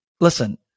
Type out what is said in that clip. listen